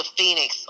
Phoenix